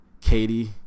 katie